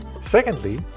Secondly